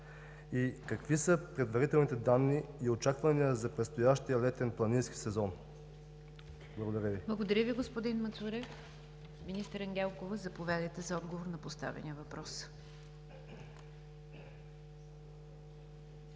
Какви са предварителните данни и очаквания за предстоящия летен планински сезон? Благодаря Ви. ПРЕДСЕДАТЕЛ НИГЯР ДЖАФЕР: Благодаря Ви, господин Мацурев. Министър Ангелкова, заповядайте за отговор на поставения въпрос.